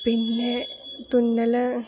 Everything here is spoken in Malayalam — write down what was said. പിന്നേ തുന്നല്